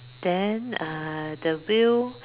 then err the wheel